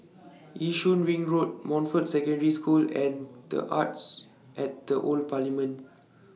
Yishun Ring Road Montfort Secondary School and The Arts At The Old Parliament